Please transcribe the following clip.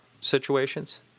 situations